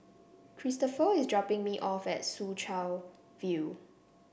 Christopher is dropping me off at Soo Chow View